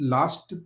Last